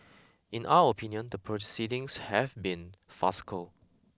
in our opinion the proceedings have been farcical